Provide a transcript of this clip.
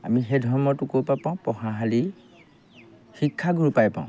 আমি সেই ধৰ্মটো ক'ৰপৰা পাওঁ পঢ়াশালি শিক্ষাগুৰুপৰাই পাওঁ